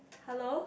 hello